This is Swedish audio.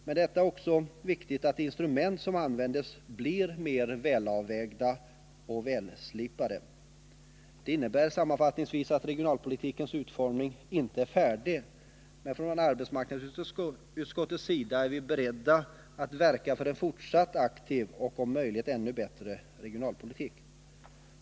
Men det är också viktigt att de instrument som används blir mer välavvägda och välslipade. Det innebär sammanfattningsvis att regionalpolitikens utformning inte är färdig. Men från arbetsmarknadsutskottets sida är vi beredda att verka för en fortsatt aktiv och om möjligt ännu bättre regionalpolitik.